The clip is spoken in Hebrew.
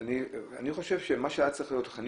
שקטה ולטפל בעצמי ובילדים שלי, אני עסוקה כבר